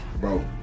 Bro